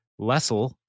Lessel